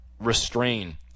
restrain